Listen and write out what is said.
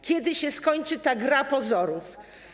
Kiedy się skończy ta gra pozorów?